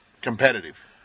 competitive